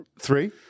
Three